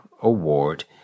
award